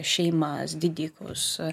šeimas didikus